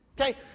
okay